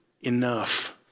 enough